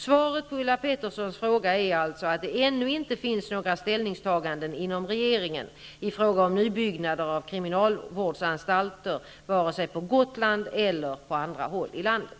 Svaret på Ulla Petterssons fråga är alltså att det ännu inte finns några ställningstaganden inom regeringen i fråga om nybyggnader av kriminalvårdsanstalter vare sig på Gotland eller på andra håll i landet.